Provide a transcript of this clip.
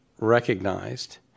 recognized